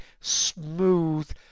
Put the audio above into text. smooth